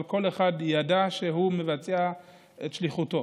אבל כל אחד ידע שהוא מבצע את שליחותו,